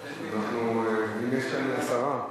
אם יש כאן עשרה,